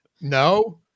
no